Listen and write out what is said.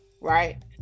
Right